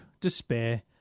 despair